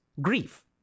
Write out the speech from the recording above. grief